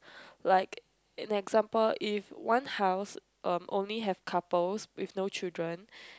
like in example if one house um only have couples with no children